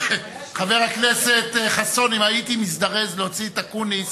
חבר הכנסת חסון, אם הייתי מזדרז להוציא את אקוניס